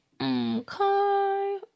Okay